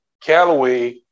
Callaway